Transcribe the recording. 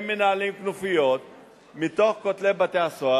הם מנהלים כנופיות מתוך בתי-הסוהר,